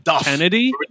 Kennedy